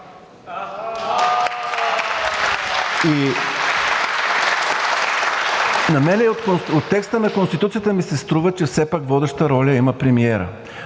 На мен от текста на Конституцията ми се струва, че все пак водеща роля има премиерът.